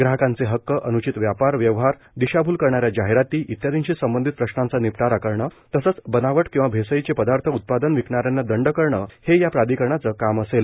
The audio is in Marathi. ग्राहकांचे हक्क अन्चित व्यापार व्यवहार दिशाभूल करणा या जाहिराती इत्यादींशी संबंधित प्रश्नांचा निपटारा करणं तसंच बनावट किंवा भेसळीचे पदार्थ उत्पादनं विकणा यांना दं करणं हे या प्राधिकरणाचं काम असेल